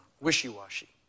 wishy-washy